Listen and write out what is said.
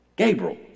Gabriel